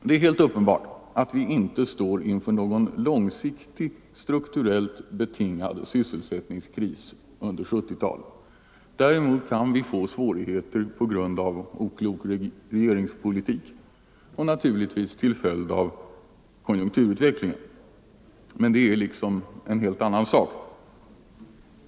Det är helt uppenbart att vi inte står inför någon långsiktig, strukturellt betingad syssåelsättningskris under 1970-talet. Däremot kan vi få svårigheter på grund av oklok regeringspolitik och naturligtvis till följd av konjunkturutvecklingen, men det är en helt annan sak.